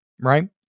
right